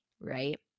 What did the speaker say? right